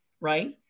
right